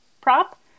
prop